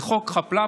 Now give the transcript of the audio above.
זה חוק חאפ-לאפ